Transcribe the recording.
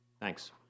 Thanks